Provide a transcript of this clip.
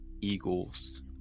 eagles